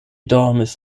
dormis